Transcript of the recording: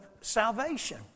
salvation